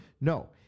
No